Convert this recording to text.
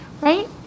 right